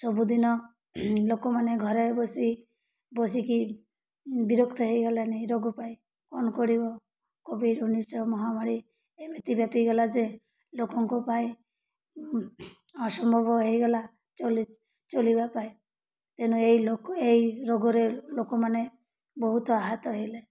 ସବୁଦିନ ଲୋକମାନେ ଘରେ ବସି ବସିକି ବିରକ୍ତ ହେଇଗଲେନି ରୋଗ ପାଇଁ କ'ଣ କରିବ କୋଭିଡ଼ ଉଣେଇଶି ମହାମାରୀ ଏମିତି ବ୍ୟାପିଗଲା ଯେ ଲୋକଙ୍କ ପାଇଁ ଅସମ୍ଭବ ହେଇଗଲା ଚଳିବା ପାଇଁ ତେଣୁ ଏଇ ଲୋକ ଏଇ ରୋଗରେ ଲୋକମାନେ ବହୁତ ଆହତ ହେଲେ